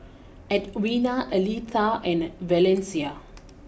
Edwina Aletha and Valencia